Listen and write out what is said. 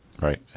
Right